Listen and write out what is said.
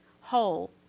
whole